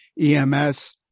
EMS